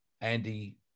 Andy